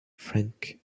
franc